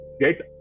get